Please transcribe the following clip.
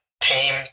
team